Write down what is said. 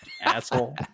Asshole